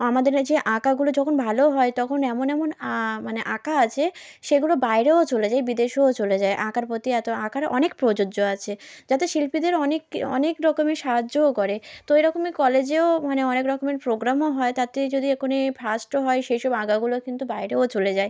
আমাদের যে আঁকাগুলো যখন ভালো হয় তখন এমন এমন আঁ মানে আঁকা আছে সেগুলো বাইরেও চলে যায় বিদেশেও চলে যায় আঁকার প্রতি এত আঁকারা অনেক প্রযোজ্য আছে যাতে শিল্পীদের অনেক অনেক রকমের সাহায্যও করে তো এরকমই কলেজেও মানে অনেক রকমের প্রোগ্রামও হয় তাতে যদি একুনে ফার্স্টও হয় সেসব আঁকাগুলো কিন্তু বাইরেও চলে যায়